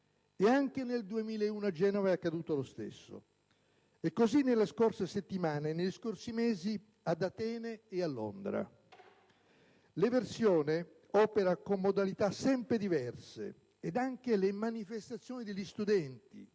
Anche nel 2001 a Genova è accaduto lo stesso, e così nelle scorse settimane e negli scorsi mesi ad Atene e a Londra. L'eversione opera con modalità sempre diverse, e anche le manifestazioni degli studenti